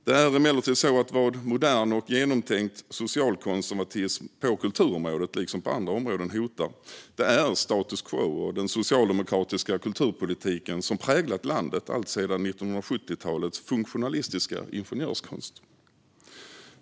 Det är emellertid så att vad modern och genomtänkt socialkonservatism på kulturområdet liksom på andra områden hotar är just status quo och den socialdemokratiska kulturpolitik som präglat landet alltsedan 1970-talets funktionalistiska ingenjörskonst.